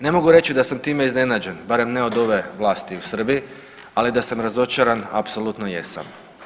Ne mogu reći da sam time iznenađen barem ne od ove vlasti u Srbiji, ali da sam razočaran apsolutno jesam.